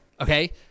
okay